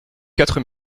quatre